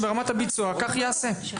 נאמר כאן על הסתה בבתי הספר.